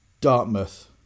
Dartmouth